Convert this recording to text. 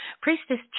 priestess